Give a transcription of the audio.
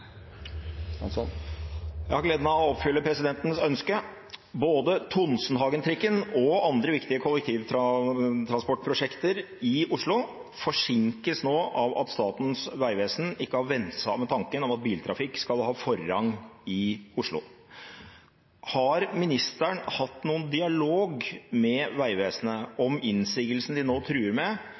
Jeg har gleden av å oppfylle presidentens ønske. Både Tonsenhagen-trikken og andre viktige kollektivtransportprosjekter i Oslo forsinkes nå av at Statens vegvesen ikke har vent seg av med tanken om at biltrafikk skal ha forrang i Oslo. Har ministeren hatt noen dialog med Vegvesenet om innsigelsene de nå truer med